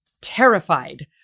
terrified